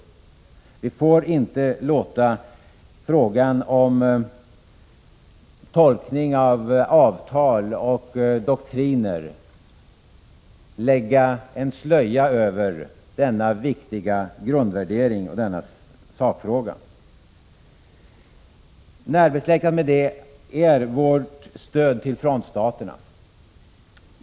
Vi får inte låta frågan om tolkning av avtal och doktriner lägga en slöja över denna viktiga grundvärdering och denna sakfråga. Närbesläktat med detta är vårt stöd till frontstaterna.